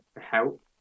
help